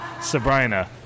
Sabrina